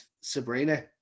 Sabrina